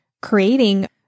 creating